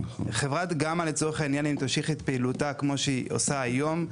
חברת גמא לצורך העניין אם היא תמשיך את פעילותה כמו שהיא עושה היום,